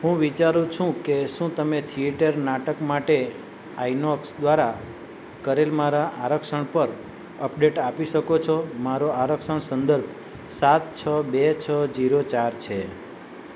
હું વિચારું છું કે શું તમે થિયેટર નાટક માટે આઈનોક્સ દ્વારા કરેલ મારા આરક્ષણ પર અપડેટ આપી શકો છો મારો આરક્ષણ સંદર્ભ સાત છ બે છ જીરો ચાર છે